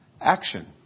Action